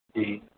جی